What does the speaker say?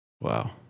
Wow